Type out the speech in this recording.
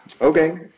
Okay